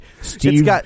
Steve